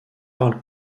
parle